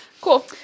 cool